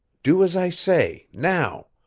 do as i say, now.